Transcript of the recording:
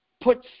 put